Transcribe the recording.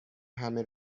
همه